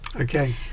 Okay